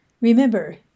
remember